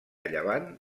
llevant